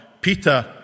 Peter